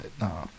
No